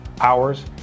hours